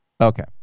Okay